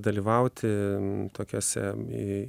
dalyvauti tokiose e